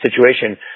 situation